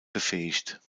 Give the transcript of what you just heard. befähigt